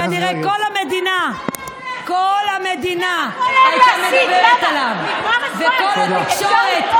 כנראה כל המדינה הייתה מדברת עליו, איזה שטויות.